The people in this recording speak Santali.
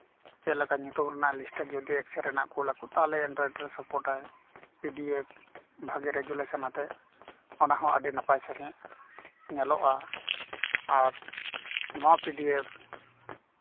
ᱪᱮᱫ ᱞᱮᱠᱟ ᱧᱩᱛᱩᱢ ᱨᱮᱱᱟᱜ ᱞᱤᱥᱴᱮ ᱡᱚᱫᱤ ᱮᱠᱥᱮᱞ ᱨᱮᱭᱟᱜ ᱠᱩᱞ ᱟᱠᱚ ᱛᱟᱦᱚᱞᱮ ᱮᱱᱰᱨᱚᱭᱮᱰ ᱨᱮ ᱥᱟᱯᱳᱨᱴ ᱟᱭ ᱯᱤ ᱰᱤ ᱮᱯᱷ ᱵᱷᱟᱜᱮ ᱨᱮᱡᱩᱞᱮᱥᱚᱱ ᱟᱛᱮᱜ ᱚᱱᱟ ᱦᱚᱸ ᱟᱹᱰᱤ ᱱᱟᱯᱟᱭ ᱥᱟᱺᱦᱤᱡ ᱧᱮᱞᱚᱜᱼᱟ ᱟᱨ ᱱᱚᱣᱟ ᱯᱤ ᱰᱤ ᱮᱯᱷ